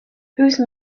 whose